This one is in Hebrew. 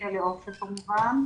בכלא עופר כמובן.